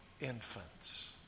infants